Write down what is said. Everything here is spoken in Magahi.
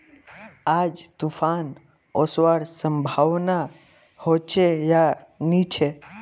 आज तूफ़ान ओसवार संभावना होचे या नी छे?